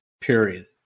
Period